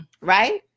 right